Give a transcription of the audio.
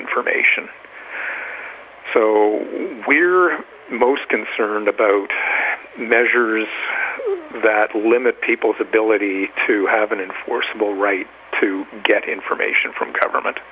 information so we're most concerned about measures that will limit people's ability to have an enforceable right to get information from government